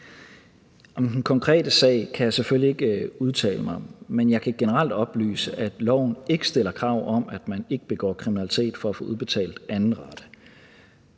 Om den konkrete sag kan jeg selvfølgelig ikke udtale mig, men jeg kan generelt oplyse, at loven ikke stiller krav om, at man ikke begår kriminalitet for at få udbetalt anden rate.